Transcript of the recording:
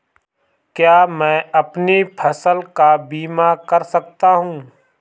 क्या मैं अपनी फसल का बीमा कर सकता हूँ?